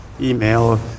email